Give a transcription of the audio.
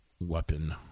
weapon